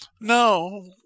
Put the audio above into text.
no